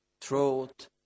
throat